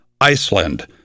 Iceland